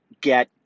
get